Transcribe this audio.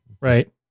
Right